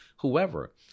whoever